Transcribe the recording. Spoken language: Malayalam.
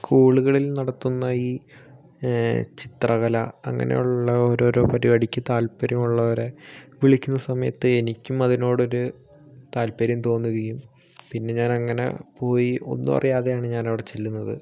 സ്കൂളുകളിൽ നടത്തുന്ന ഈ ചിത്രകല അങ്ങനെയുള്ള ഓരോരോ പരിപാടിയ്ക്ക് താല്പര്യമുള്ളവരെ വിളിക്കുന്ന സമയത്ത് എനിക്കും അതിനോടൊരു താല്പര്യം തോന്നുകയും പിന്നെ ഞാൻ അങ്ങനെ പോയി ഒന്നും അറിയാതെയാണ് ഞാൻ അവിടെ ചെല്ലുന്നത്